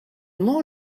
more